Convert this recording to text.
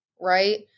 right